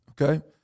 Okay